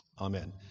Amen